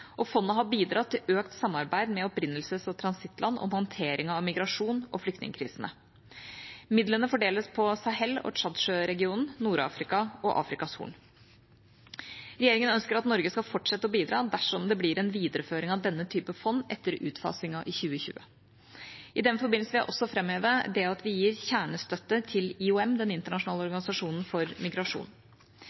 og fondet har bidratt til økt samarbeid med opprinnelses- og transittland om håndtering av migrasjons- og flyktningkrisene. Midlene fordeles på Sahel og Tsjadsjøregionen, Nord-Afrika og Afrikas horn. Regjeringen ønsker at Norge skal fortsette å bidra dersom det blir en videreføring av denne typen fond etter utfasingen i 2020. I den forbindelse vil jeg også framheve at vi gir kjernestøtte til IOM, Den internasjonale organisasjonen for migrasjon.